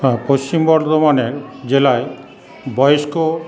হ্যাঁ পশ্চিম বর্ধমানের জেলায় বয়স্ক